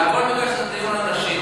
זה הכול בגלל שזה דיון על נשים.